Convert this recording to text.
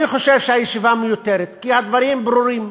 אני חושב שהישיבה מיותרת כי הדברים ברורים.